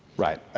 right.